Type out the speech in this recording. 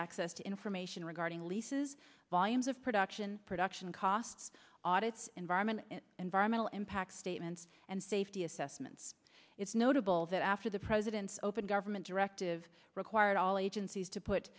access to information regarding leases volumes of production production costs audits environment environmental impact statements and safety assessments it's notable that after the president's open government directive required all agencies to put